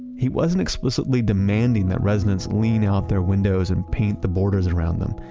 he wasn't explicitly demanding that residents lean out their windows and paint the borders around them,